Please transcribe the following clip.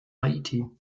haiti